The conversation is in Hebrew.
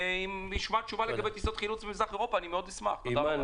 אני גם אשמח לשמוע תשובה לגבי טיסות חילוץ ממזרח אירופה.